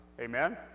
Amen